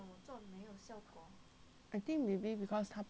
I think maybe because 她 persist for like very long